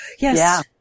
Yes